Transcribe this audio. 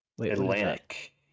Atlantic